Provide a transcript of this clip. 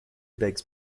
begs